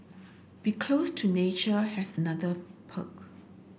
be close to nature has another perk